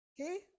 Okay